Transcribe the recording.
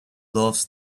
loves